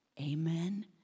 Amen